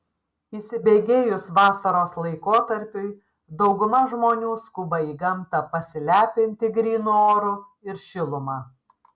įsibėgėjus vasaros laikotarpiui dauguma žmonių skuba į gamtą pasilepinti grynu oru ir šiluma